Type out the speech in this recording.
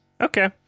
Okay